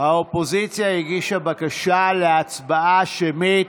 האופוזיציה הגישה בקשה להצבעה שמית.